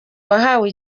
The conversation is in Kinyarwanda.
wahawe